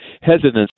hesitancy